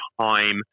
time